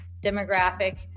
demographic